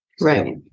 Right